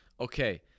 Okay